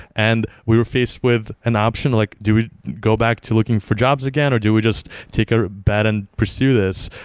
and we were faced with an option like, do we go back to looking for jobs again or do we just take a bet and pursue this?